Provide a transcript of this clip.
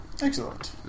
Excellent